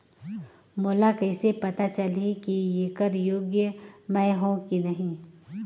मोला कइसे पता चलही की येकर योग्य मैं हों की नहीं?